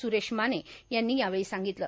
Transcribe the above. सुरेश माने यांनी यावेळी सांगितलं